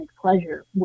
pleasure